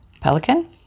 pelican